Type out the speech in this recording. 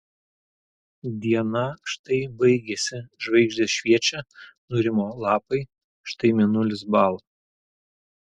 diena štai baigėsi žvaigždės šviečia nurimo lapai štai mėnulis bąla